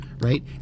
right